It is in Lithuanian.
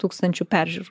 tūkstančių peržiūrų